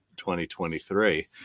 2023